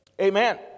Amen